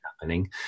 happening